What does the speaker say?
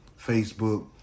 Facebook